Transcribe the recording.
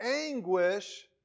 anguish